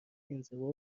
انزوا